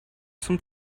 zum